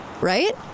right